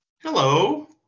Hello